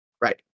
Right